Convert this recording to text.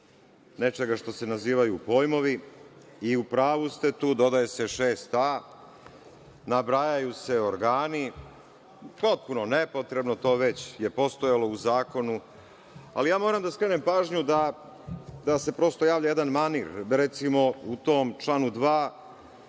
nečega što se nazivaju pojmovi i u pravu ste tu. Dodaje se 6a. Nabrajaju se organi, potpuno nepotrebno. To je već postojalo u zakonu. Moram da skrenem pažnju da se prosto javlja jedan manir. Recimo, u tom članu 2.